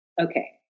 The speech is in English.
Okay